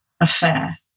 affair